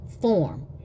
form